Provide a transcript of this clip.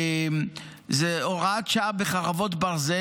זה הוראת שעה בחרבות ברזל,